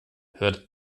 hört